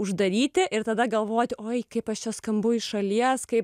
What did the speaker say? uždaryti ir tada galvoti oi kaip aš čia skambu į šalies kaip